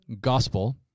gospel